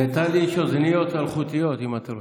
לטלי יש אוזניות אלחוטיות, אם אתה רוצה.